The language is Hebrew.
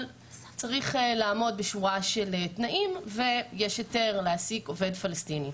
אבל צריך לעמוד בשורה של תנאים ויש היתר להעסיק עובד פלסטיני.